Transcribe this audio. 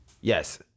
Yes